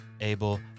Abel